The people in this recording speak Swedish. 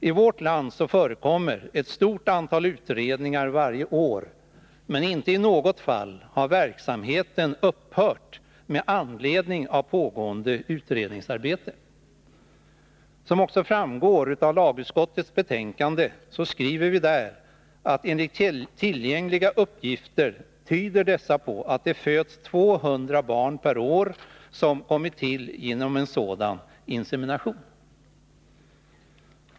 I vårt land förekommer varje år ett stort antal utredningar, men inte i något fall har den verksamhet som är föremål för utredning upphört med Som framgår av lagutskottets betänkande tyder tillgängliga uppgifter på att det föds 200 barn per år som kommit till genom artificiell insemination.